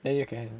then you can